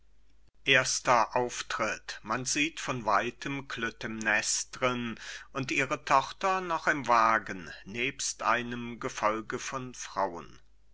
erster auftritt chor man sieht von weitem klytämnestren und ihre tochter noch im wagen nebst einem gefolge von frauen